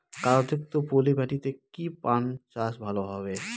কাদা যুক্ত পলি মাটিতে কি পান চাষ ভালো হবে?